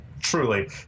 Truly